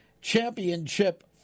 championship